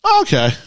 Okay